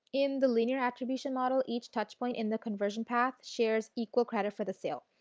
in the linear attribution model each touch point in the conversion path shares equal credit for the sale.